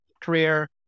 career